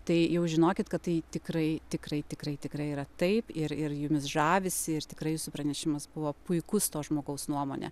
tai jau žinokit kad tai tikrai tikrai tikrai tikrai yra taip ir ir jumis žavisi ir tikrai jūsų pranešimas buvo puikus to žmogaus nuomone